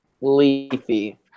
Leafy